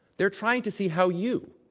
they're trying to see how you,